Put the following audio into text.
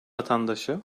vatandaşı